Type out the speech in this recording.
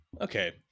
okay